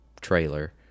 trailer